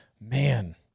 man